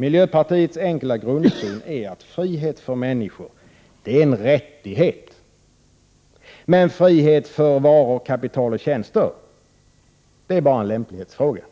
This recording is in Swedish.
Miljöpartiets enkla grundsyn är att frihet för människor är en rättighet och att frihet för varor, kapital och tjänster bara är en lämplighetsfråga,